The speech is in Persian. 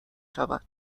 شود